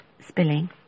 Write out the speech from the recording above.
spilling